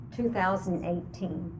2018